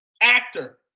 actor